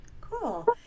cool